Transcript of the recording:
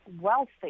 wealthy